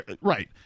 Right